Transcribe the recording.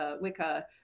Wicca